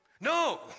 No